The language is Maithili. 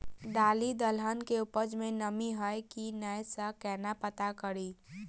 दालि दलहन केँ उपज मे नमी हय की नै सँ केना पत्ता कड़ी?